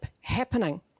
happening